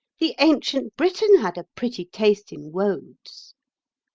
the ancient briton had a pretty taste in woads.